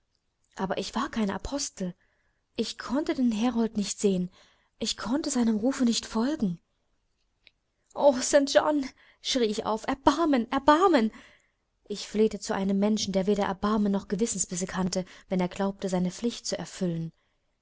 aber ich war kein apostel ich konnte den herold nicht sehen ich konnte seinem rufe nicht folgen o st john schrie ich auf erbarmen erbarmen ich flehte zu einem menschen der weder erbarmen noch gewissensbisse kannte wenn er glaubte seine pflicht zu erfüllen